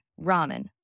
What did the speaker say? ramen